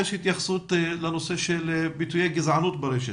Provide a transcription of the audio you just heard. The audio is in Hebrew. התייחסות לנושא של ביטויי גזענות ברשת.